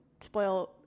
spoil